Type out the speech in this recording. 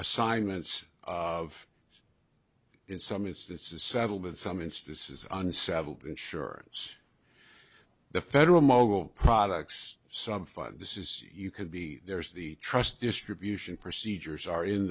assignments of in some instances settlement some instances unsettled insurance the federal mobile products some fund this is you can be there's the trust distribution procedures are in